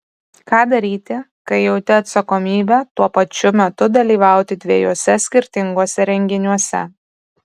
ką daryti kai jauti atsakomybę tuo pačiu metu dalyvauti dviejuose skirtinguose renginiuose